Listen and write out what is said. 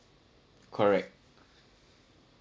correct